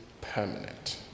permanent